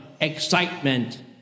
excitement